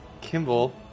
Kimball